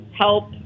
help